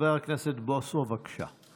חבר הכנסת בוסו, בבקשה.